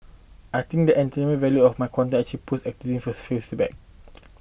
I think that entertainment value of my content actually pushed activism a few step back